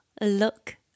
look